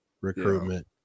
recruitment